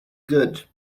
good